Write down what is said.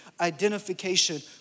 identification